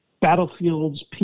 battlefields